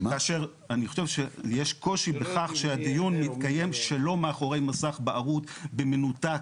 אני חושב שיש קושי בכך שהדיון מתקיים שלא מאחורי מסך בהרות במנותק